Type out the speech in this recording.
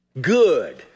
good